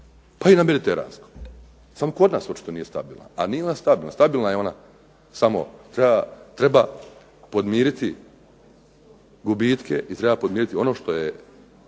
pa i na mediteranskom. Samo kod nas očito nije stabilna, a nije ona stabilna, stabilna je ona samo treba podmiriti gubitke i treba podmiriti ono što je